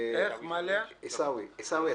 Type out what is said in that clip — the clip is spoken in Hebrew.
עיסאווי פריג',